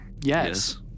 Yes